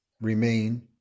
remain